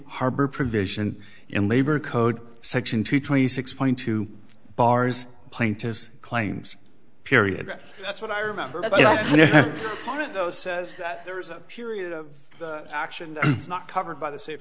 harbor provision in labor code section two twenty six point two bars plaintiff's claims period that's what i remember when it says that there was a period of action not covered by the safe